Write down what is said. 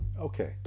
Okay